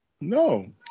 No